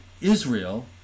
israel